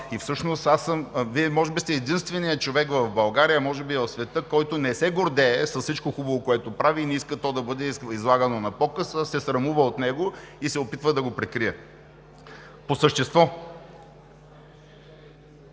на този дебат. Вие може би сте единственият човек в България, а може би и в света, който не се гордее с всичко хубаво, което прави, не иска то да бъде излагано на показ, а се срамува от него и се опитва да го прикрие. По същество.